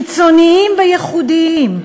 קיצוניים וייחודיים,